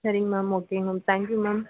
சரிங்க மேம் ஓகேங்க ma'am thank you ma'am